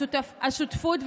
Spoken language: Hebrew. השותפות,